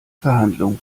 verhandlungen